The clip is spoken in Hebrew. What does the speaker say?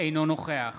אינו נוכח